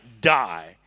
die